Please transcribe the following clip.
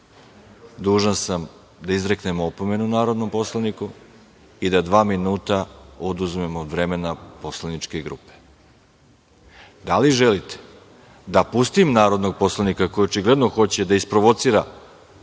dužan sam da izreknem opomenu narodnom poslaniku i da dva minuta oduzmem od vremena poslaničke grupe. Da li želite da pustim narodnog poslanika, koji očigledno hoće da isprovocira druge poslanike